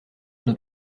nos